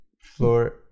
Floor